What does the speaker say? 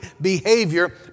behavior